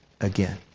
again